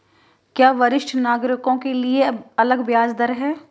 क्या वरिष्ठ नागरिकों के लिए अलग ब्याज दर है?